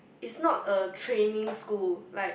is not a training school like